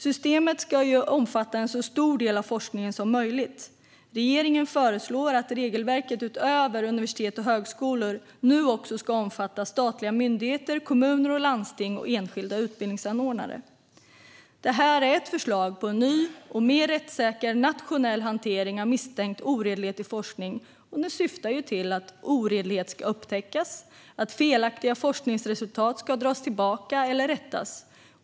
Systemet ska omfatta en så stor del av forskningen som möjligt. Regeringen föreslår att regelverket utöver universitet och högskolor nu också ska omfatta statliga myndigheter, kommuner och landsting och enskilda utbildningsanordnare. Detta är ett förslag till en ny och mer rättssäker nationell hantering av misstänkt oredlighet i forskning, som syftar till att oredlighet ska upptäckas och att felaktiga forskningsresultat ska dras tillbaka eller rättas.